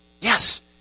Yes